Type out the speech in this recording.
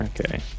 Okay